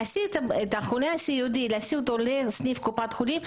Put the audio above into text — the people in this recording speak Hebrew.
כלומר להסיע את החולה הסיעודי לסניף קופת החולים,